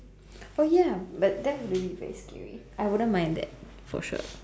oh ya but that would have been very scary I wouldn't mind that for sure